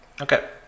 Okay